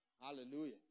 Hallelujah